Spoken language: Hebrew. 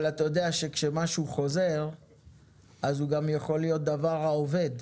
אבל אתה יודע שכשמשהו חוזר אז הוא גם יכול להיות דבר האובד,